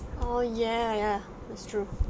oh ya ya that's true